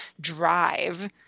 drive